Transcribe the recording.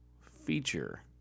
feature